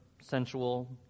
sensual